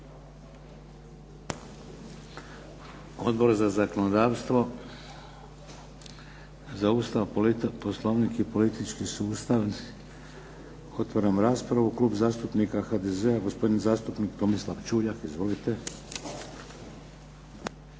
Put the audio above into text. Odbor za zakonodavstvo, Odbor za Ustav, poslovnik i politički sustav. Otvaram raspravu. Klub zastupnika HDZ-a, gospodin zastupnik Tomislav Čuljak. Izvolite.